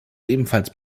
ebenfalls